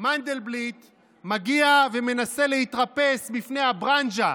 מנדלבליט מגיע ומנסה להתרפס בפני הברנז'ה,